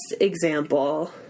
example